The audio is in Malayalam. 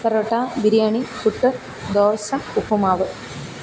പൊറോട്ട ബിരിയാണി പുട്ട് ദോശ ഉപ്പുമാവ്